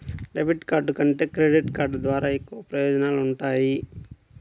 debit card కంటే credit card ద్వారా ఎక్కువ ప్రయోజనాలు వుంటయ్యి